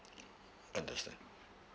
understand